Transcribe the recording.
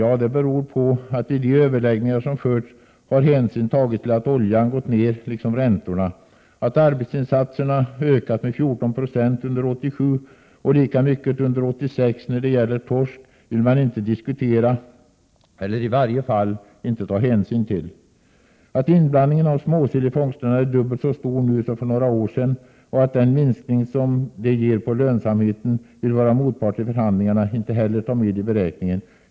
Jo, det beror på att vid de överläggningar som förts har hänsyn tagits till att oljan gått ner liksom räntorna. Att arbetsinsatserna ökat med 14 96 under 1987 och lika mycket under 1986 när det gäller torsk vill man inte diskutera eller i varje fall inte ta någon hänsyn till. Att inblandningen av småsill i fångsterna är dubbelt så stor nu som för några år sedan och den minskning det ger på lönsamheten vill våra motparter i förhandlingarna inte heller ta med i beräkningarna.